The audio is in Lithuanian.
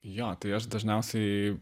jo atveju aš dažniausiai